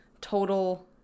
total